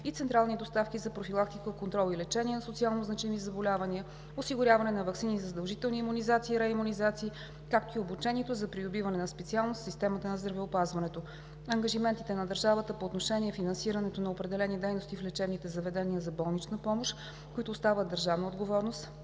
и централни доставки за профилактика, контрол и лечение на социалнозначими заболявания, осигуряване на ваксини за задължителни имунизации и реимунизации, както и обучението за придобиване на специалност в системата на здравеопазването. Ангажиментите на държавата по отношение финансирането на определени дейности в лечебните заведения за болнична помощ, които остават държавна отговорност